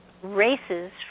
Races